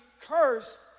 cursed